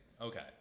Okay